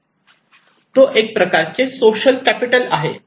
तो एक प्रकारचे सोशल कॅपिटल आहे